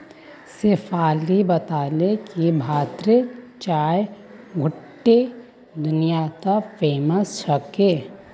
शेफाली बताले कि भारतेर चाय गोट्टे दुनियात फेमस छेक